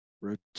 Rotate